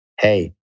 Hey